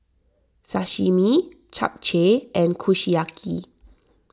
Sashimi Japchae and Kushiyaki